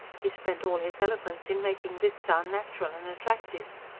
he spent all his eloquence in making this sound natural and attractive.